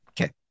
Okay